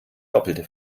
doppelte